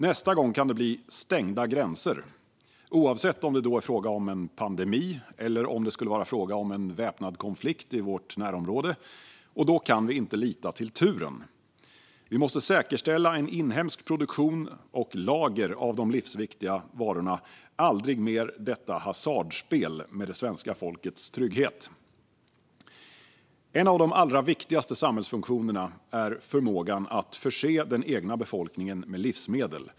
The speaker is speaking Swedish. Nästa gång kan det bli stängda gränser, oavsett om det då är fråga om en pandemi eller om det skulle vara fråga om en väpnad konflikt i vårt närområde. Då kan vi inte lita till turen. Vi måste säkerställa en inhemsk produktion och lagerhållning av de livsviktiga varorna. Aldrig mer detta hasardspel med det svenska folkets trygghet! En av de allra viktigaste samhällsfunktionerna är förmågan att förse den egna befolkningen med livsmedel.